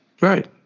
right